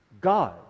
God